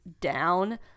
down